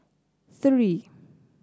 three